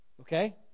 Okay